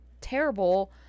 terrible